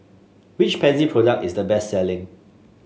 which Pansy product is the best selling